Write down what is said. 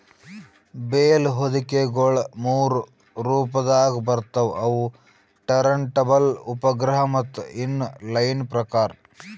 bale ಹೊದಿಕೆಗೊಳ ಮೂರು ರೊಪದಾಗ್ ಬರ್ತವ್ ಅವು ಟರಂಟಬಲ್, ಉಪಗ್ರಹ ಮತ್ತ ಇನ್ ಲೈನ್ ಪ್ರಕಾರ್